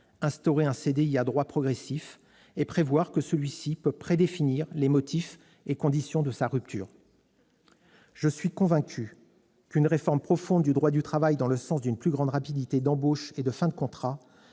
instaurer un CDI à droits progressifs et prévoir que celui-ci puisse prédéfinir les motifs et conditions de sa rupture. Je suis convaincu qu'une réforme profonde du droit du travail, allant dans le sens d'une plus grande rapidité en matière d'embauche et de fin de contrat,